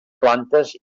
plantes